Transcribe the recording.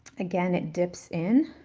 again it dips in.